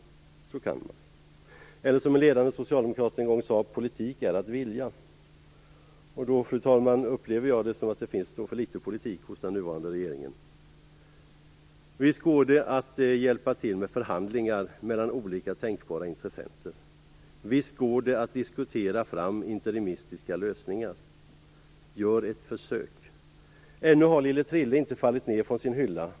Politik är att vilja, som en ledande socialdemokrat en gång sade. Fru talman! Jag upplever det som att det finns för litet politik hos den nuvarande regeringen. Visst går det att hjälpa till med förhandlingar mellan olika tänkbara intressenter. Visst går det att diskutera fram interimistiska lösningar. Gör ett försök! Ännu har lille Trille inte fallit ner från sin hylla.